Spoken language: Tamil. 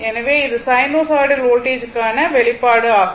எனவே இது சைனூசாய்டல் வோல்டேஜ் க்கான வெளிப்பாடு ஆகும்